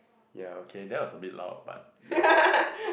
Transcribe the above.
ya okay there was a bit loud but ya